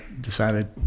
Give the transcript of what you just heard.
decided